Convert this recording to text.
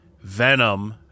Venom